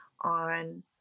on